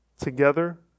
together